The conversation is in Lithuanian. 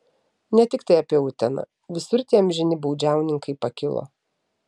ne tiktai apie uteną visur tie amžini baudžiauninkai pakilo